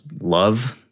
love